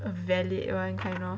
a valid one kind of